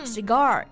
Cigar